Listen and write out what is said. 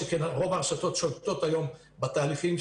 שכן רוב הרשתות שולטות היום בתהליכים.